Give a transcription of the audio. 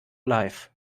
life